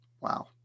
Wow